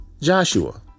Joshua